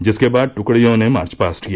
जिसके बाद ट्कड़ियों ने मार्चपास्ट किया